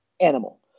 animal